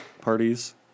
parties